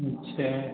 अच्छा